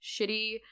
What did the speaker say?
shitty